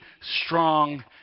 strong